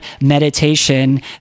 meditation